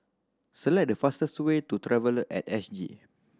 select the fastest way to Traveller At S G